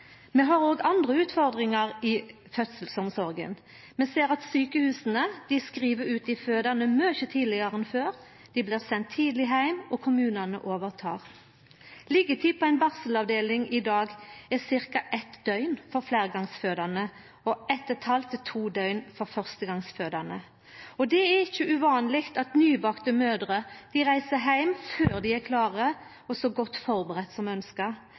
Vi har òg andre utfordringar i fødselsomsorga. Vi ser at sjukehusa skriv ut dei fødande mykje tidlegare enn før – dei blir sende tidleg heim, og kommunane tek over. Liggetida på ei barselavdeling i dag er ca. eitt døgn for fleirgongsfødande og eitt og eit halvt til to døgn for førstegongsfødande. Det er ikkje uvanleg at nybakte mødrer reiser heim før dei er klare og så godt førebudde som